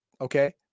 okay